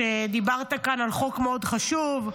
דיברת כאן על חוק מאוד חשוב,